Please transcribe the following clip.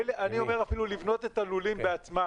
ואני אומר, אפילו לבנות את הלולים בעצמם.